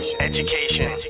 education